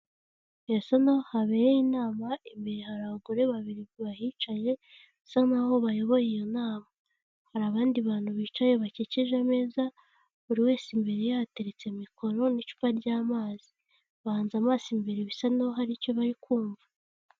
Birasa n'aho habere inama, imbere hari abagore babiri bahicaye bisa n'aho bayoboye iyo nama, hari abandi bantu bicaye bakikije ameza, buri wese imbere ye hateretse mikoro n'icupa ry'amazi, bahanze amaso imbere bisa n'aho hari icyo bari kumva.